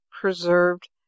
preserved